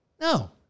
No